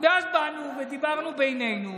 ואז באנו ודיברנו בינינו